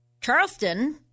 Charleston –